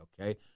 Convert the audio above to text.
okay